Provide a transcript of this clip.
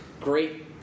Great